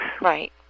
Right